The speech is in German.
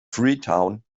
freetown